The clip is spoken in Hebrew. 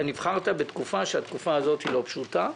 אתה נבחרת בתקופה שהתקופה הזאת היא לא פשוטה,